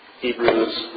Hebrews